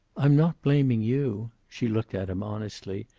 i'm not blaming you. she looked at him honestly.